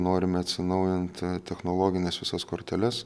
norime atsinaujinti technologines visas korteles